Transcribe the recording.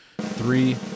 three